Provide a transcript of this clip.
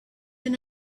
and